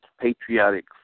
patriotic